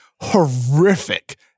horrific